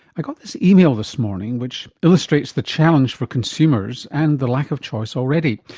i got this email this morning which illustrates the challenge for consumers and the lack of choice already.